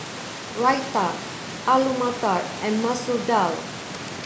Raita Alu Matar and Masoor Dal